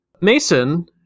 Mason